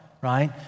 right